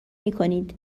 میکنید